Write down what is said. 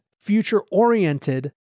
future-oriented